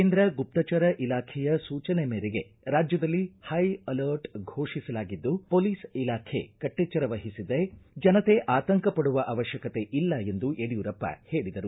ಕೇಂದ್ರ ಗುಪ್ತಚರ ಇಲಾಖೆಯ ಸೂಚನೆ ಮೇರೆಗೆ ರಾಜ್ಯದಲ್ಲಿ ಹೈ ಅಲರ್ಟ್ ಫೋಷಿಸಲಾಗಿದ್ದು ಪೊಲೀಸ್ ಇಲಾಖೆ ಕಟ್ಟೆಚ್ವರ ವಹಿಸಿದೆ ಜನತೆ ಆತಂಕ ಪಡುವ ಅವಶ್ಯಕತೆ ಇಲ್ಲ ಎಂದು ಯಡಿಯೂರಪ್ಪ ಹೇಳಿದರು